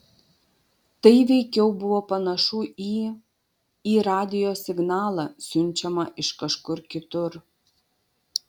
tai veikiau buvo panašu į į radijo signalą siunčiamą iš kažkur kitur